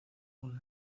con